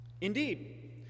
Indeed